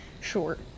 short